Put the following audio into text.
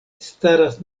staras